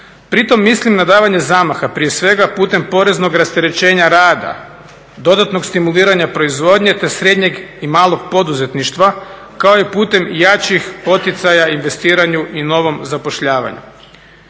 Pri tom mislim na davanje zamaha prije svega putem poreznog rasterećenja rada, dodatnog stimuliranja proizvodnje, te srednjeg i malog poduzetništva kao i putem jačih poticaja investiranju i novom zapošljavanju.